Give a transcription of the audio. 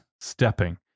stepping